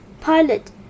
Pilot